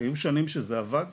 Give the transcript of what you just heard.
היו שנים שזה עבד,